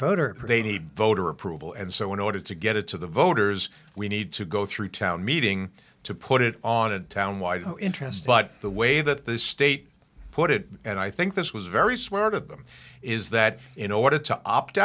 need voter approval and so in order to get it to the voters we need to go through town meeting to put it on a town wide interest but the way that the state put it and i think this was very smart of them is that in order to opt